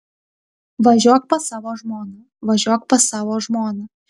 važiuok pas savo žmoną važiuok pas savo žmoną